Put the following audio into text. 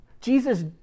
Jesus